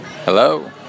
Hello